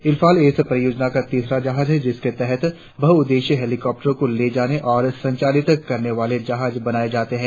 इम्फाल इस परियोजना का तीसरा जहाज है जिसके तहत बहुउद्देश्य हेलिकॉप्टरों को ले जाने और संचालित करने वाले जहाज बनाए जाते हैं